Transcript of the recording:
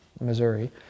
Missouri